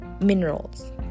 minerals